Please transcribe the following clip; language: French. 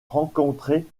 rencontrée